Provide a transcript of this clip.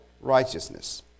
righteousness